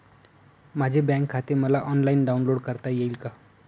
माझे बँक खाते मला ऑनलाईन डाउनलोड करता येईल का?